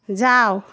যাও